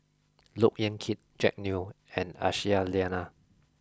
look Yan Kit Jack Neo and Aisyah Lyana